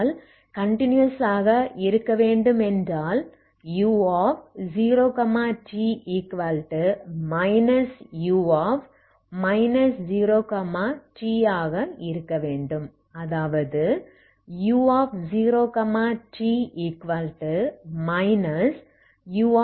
ஆகையால் கன்டினியஸ் ஆக இருக்க வேண்டும் என்றால் u0t u 0t ஆக இருக்க வேண்டும் அதாவது u0t u0t